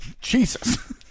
Jesus